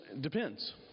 depends